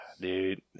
dude